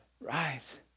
Rise